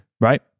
right